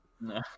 No